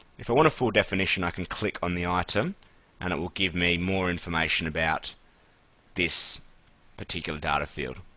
if i want a full definition, i can click on the item and it will give me more information about this particular data field.